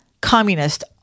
communist